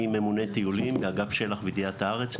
ממונה טיולים באגף שלח וידיעת הארץ,